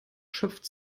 schöpft